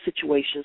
situations